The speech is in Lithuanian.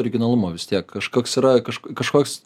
originalumo vis tiek kažkoks yra kaž kažkoks